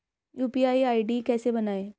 UPI ID कैसे बनाएं?